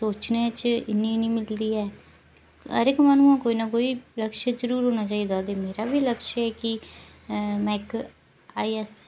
पुच्छने च इन्नी मिलदी ऐ हर इक्क माहनू दा कोई ना कोई लक्ष्य जरूर होना चाहिदा ऐ ते मेरे लक्ष्य है कि में इक आई एस